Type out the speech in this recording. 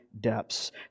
depths